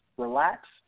relax